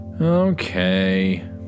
Okay